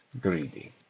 greedy